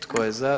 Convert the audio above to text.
Tko je za?